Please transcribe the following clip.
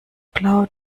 blau